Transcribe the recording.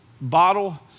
bottle